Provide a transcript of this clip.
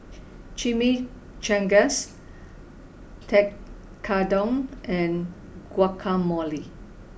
Chimichangas Tekkadon and Guacamole